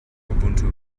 ubuntu